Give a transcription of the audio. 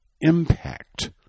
impact